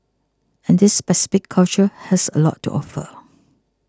and this specific culture has a lot to offer